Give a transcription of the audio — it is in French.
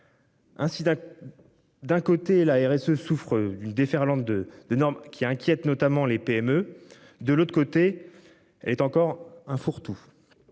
Ainsi d'un. D'un côté la RSE souffre d'une déferlante de des normes qui inquiète, notamment les PME de l'autre côté. Est encore un fourre-tout.